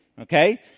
okay